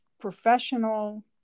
professional